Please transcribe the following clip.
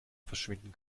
verschwinden